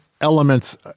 elements